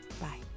Bye